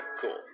Cool